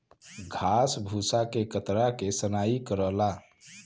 घास भूसा के कतरा के सनाई करला